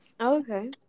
Okay